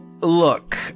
look